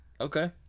Okay